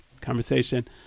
conversation